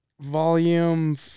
Volume